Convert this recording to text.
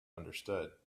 understood